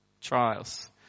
trials